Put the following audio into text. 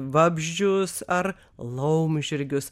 vabzdžius ar laumžirgius